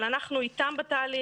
אבל אנחנו איתם בתהליך.